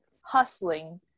hustling